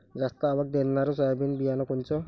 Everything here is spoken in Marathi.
जास्त आवक देणनरं सोयाबीन बियानं कोनचं?